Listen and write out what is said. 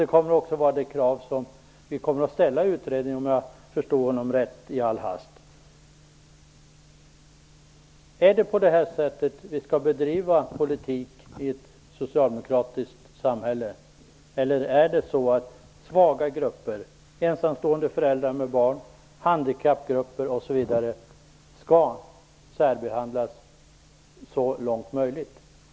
Det kommer också att vara det krav som vi kommer att ställa i utredningen, om jag förstod vår representant rätt i all hast. Är det på det här sättet vi skall bedriva politik i ett socialdemokratiskt samhälle? Eller skall svaga grupper, ensamstående med barn, handikappgrupper, m.fl., särbehandlas så långt möjligt?